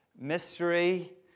mystery